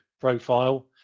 profile